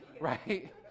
right